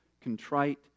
contrite